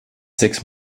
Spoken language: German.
sechs